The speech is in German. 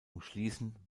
umschließen